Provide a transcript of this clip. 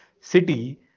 city